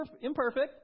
imperfect